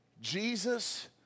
Jesus